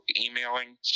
emailing